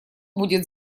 будет